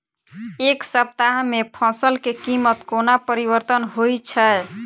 एक सप्ताह मे फसल केँ कीमत कोना परिवर्तन होइ छै?